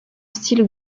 style